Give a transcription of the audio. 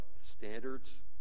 standards